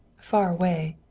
far away.